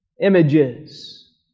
images